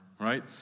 right